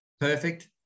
Perfect